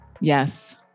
Yes